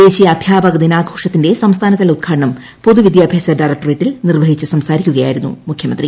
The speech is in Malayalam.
ദേശീയ അദ്ധ്യാപക ദിനാഘോഷത്തിന്റെ സംസ്ഥാനതല ഉദ്ഘാടനം പൊതുവിദ്യാഭ്യാസ ഡയറക്ടറേറ്റിൽ നിർവ്വഹിച്ച് സംസാരിക്കുകയായിരുന്നു മുഖ്യമന്ത്രി